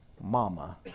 mama